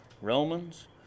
Romans